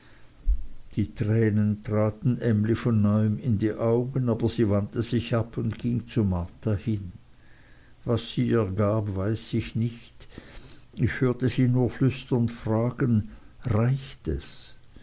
die tränen traten emly von neuem in die augen aber sie wandte sich ab und ging zu marta hin was sie ihr gab weiß ich nicht ich hörte sie nur flüsternd fragen reicht es